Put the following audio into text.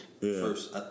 first